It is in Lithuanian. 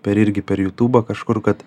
per irgi per jutūbą kažkur kad